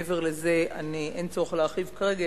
מעבר לזה אין צורך להרחיב כרגע,